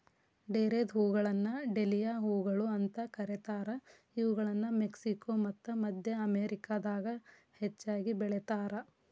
ಡೇರೆದ್ಹೂಗಳನ್ನ dahlia ಹೂಗಳು ಅಂತ ಕರೇತಾರ, ಇವುಗಳನ್ನ ಮೆಕ್ಸಿಕೋ ಮತ್ತ ಮದ್ಯ ಅಮೇರಿಕಾದಾಗ ಹೆಚ್ಚಾಗಿ ಬೆಳೇತಾರ